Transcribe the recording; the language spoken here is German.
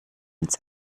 uns